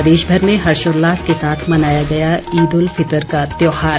प्रदेश भर में हर्षोल्लास के साथ मनाया गया ईद उल फितर का त्यौहार